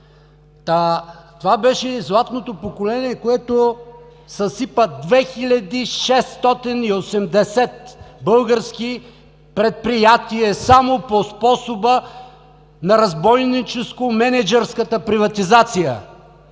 Това беше и златното поколение, което съсипа 2680 български предприятия само по способа на разбойническо мениджърската приватизация.